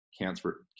cancer